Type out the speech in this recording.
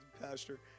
Pastor